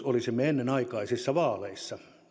olisimme ennenaikaisissa vaaleissa